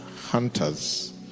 hunters